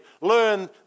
learn